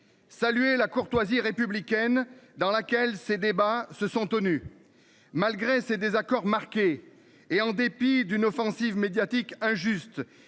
Saluer la courtoisie républicaine dans laquelle ces débats se sont tenus. Malgré ces désaccords marqués et en dépit d'une offensive médiatique injuste